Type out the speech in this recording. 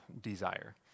desire